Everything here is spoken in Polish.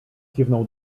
kiwnął